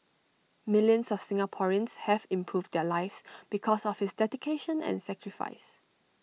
millions of Singaporeans have improved their lives because of his dedication and sacrifice